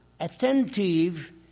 attentive